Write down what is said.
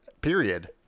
Period